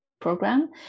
program